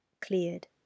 cleared